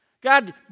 God